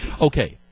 Okay